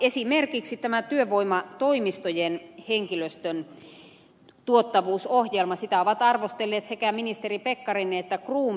esimerkiksi tätä työvoimatoimistojen henkilöstön tuottavuusohjelmaa ovat arvostelleet sekä ministeri pekkarinen että cronberg